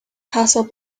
castle